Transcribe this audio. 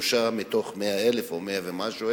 שלוש מתוך 100,000 או 100,000 ומשהו,